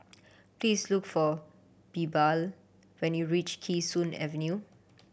please look for Bilal when you reach Kee Sun Avenue